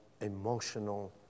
emotional